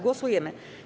Głosujemy.